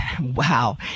Wow